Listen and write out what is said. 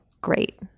great